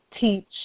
teach